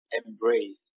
embrace